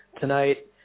tonight